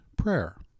prayer